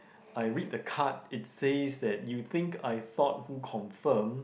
I read the card it says that you think I thought who confirm